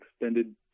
extended